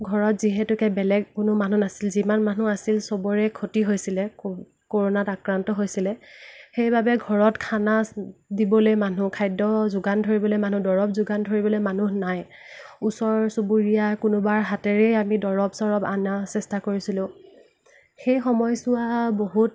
ঘৰত যিহেতুকে বেলেগ কোনো মানুহ নাছিল যিমান মানুহ আছিল সবৰে ক্ষতি হৈছিলে ক'ৰ'নাত আক্ৰান্ত হৈছিলে সেইবাবে ঘৰত খানা দিবলৈ মানুহ খাদ্য যোগান ধৰিবলৈ মানুহ দৰৱ যোগান ধৰিবলৈ মানুহ নাই ওচৰ চুবুৰীয়া কোনোবাৰ হাতেৰেই আমি দৰৱ চৰৱ অনা চেষ্টা কৰিছিলোঁ সেই সময়ছোৱা বহুত